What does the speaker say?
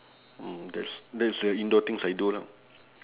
mm that's that's the indoor things I do lah